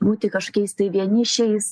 būti kažkokiais tai vienišiais